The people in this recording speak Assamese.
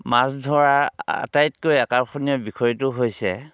মাছ ধৰাৰ আটাইতকৈ আকৰ্ষণীয় বিষয়টো হৈছে